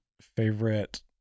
Favorite